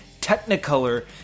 technicolor